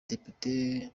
depite